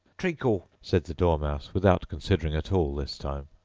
treacle, said the dormouse, without considering at all this time.